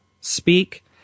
speak